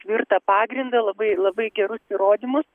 tvirtą pagrindą labai labai gerus įrodymus